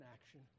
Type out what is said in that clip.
action